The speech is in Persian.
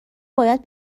باید